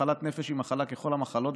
מחלת נפש היא מחלה ככל המחלות,